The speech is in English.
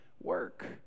work